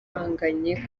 bahanganye